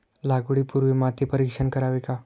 लागवडी पूर्वी माती परीक्षण करावे का?